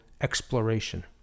exploration